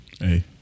Hey